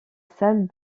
salle